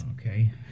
Okay